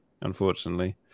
unfortunately